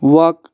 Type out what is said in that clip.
وَق